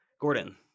Gordon